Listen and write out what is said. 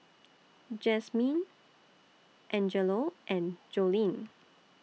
Jazmyne Angelo and Joleen